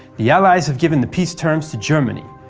the allies have given the peace terms to germany.